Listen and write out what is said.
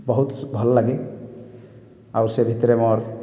ବହୁତ ଭଲ ଲାଗେ ଆଉ ସେ ଭିତ୍ରେ ମୋର୍